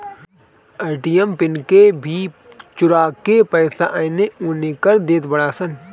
ATM pin के भी चोरा के पईसा एनेओने कर देत बाड़ऽ सन